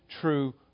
true